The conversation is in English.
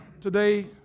today